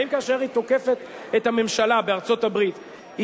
האם כאשר היא תוקפת את הממשלה בארצות-הברית היא